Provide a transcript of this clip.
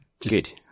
Good